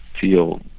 feel